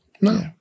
No